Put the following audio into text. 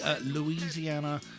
Louisiana